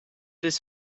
his